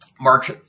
March